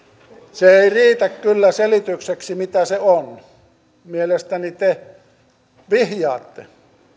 se ei riitä kyllä selitykseksi että mitä se on mielestäni te vihjaatte